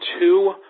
two